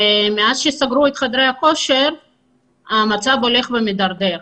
מאז שסגרו את חדרי הכושר המצב הולך ומידרדר.